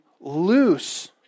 loose